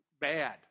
bad